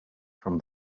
from